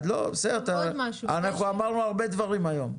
בסדר, אנחנו אמרנו הרבה דברים היום,